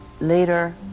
later